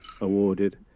awarded